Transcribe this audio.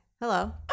Hello